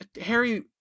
Harry